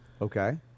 Okay